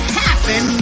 happen